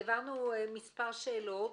העברנו מספר שאלות,